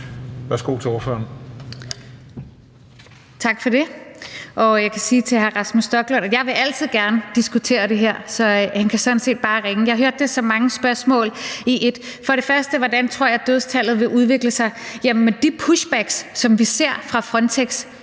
Værsgo til ordføreren.